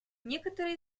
некоторые